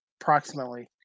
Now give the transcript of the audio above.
approximately